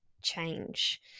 change